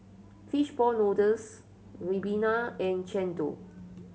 fish ball noodles ribena and chendol